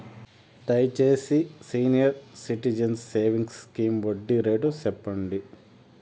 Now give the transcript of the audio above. దయచేసి senior citizens savings scheme వడ్డీ rate సెప్పండి